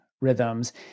rhythms